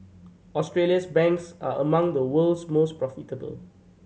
Australia's banks are among the world's most profitable